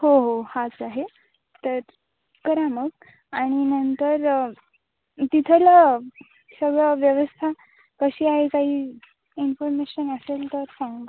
हो हो हाच आहे तर करा मग आणि नंतर तिथला सगळं व्यवस्था कशी आहे काही इ्फॉर्मेशन असेल तर सांगा